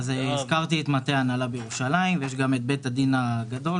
הזכרתי את מטה ההנהלה בירושלים ויש גם את בית הדין הגדול,